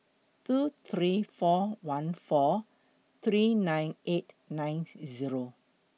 two three four one four three nine eight nine Zero